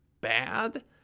bad